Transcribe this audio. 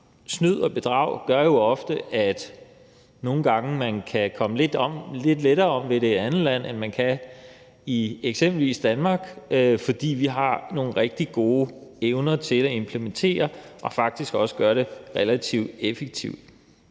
Snyd og bedrag gør jo også, at man nogle gange kommer lidt lettere om ved det i et andet land, end man kan i eksempelvis Danmark, fordi vi har nogle rigtig gode evner til at implementere og faktisk også gøre det relativt effektivt.